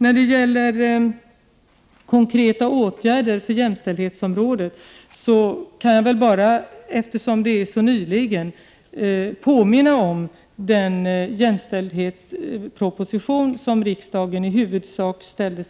I fråga om konkreta åtgärder på jämställdhetsområdet kan jag — eftersom det är så nyligen — påminna om den jämställdhetsproposition som riksdagsmajoriteten ställde